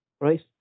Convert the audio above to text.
right